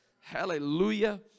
Hallelujah